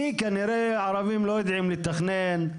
כי כנראה הערבים לא יודעים לתכנן,